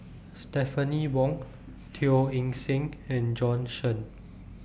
Stephanie Wong Teo Eng Seng and Bjorn Shen